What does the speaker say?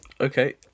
Okay